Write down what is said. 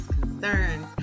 concerns